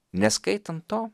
neskaitant to